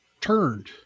turned